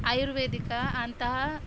ಆಯುರ್ವೇದಿಕ ಅಂತಹ